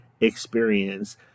experience